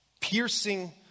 piercing